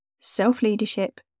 self-leadership